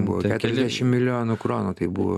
buvo keliasdešimt milijonų kronų tai buvo